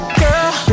girl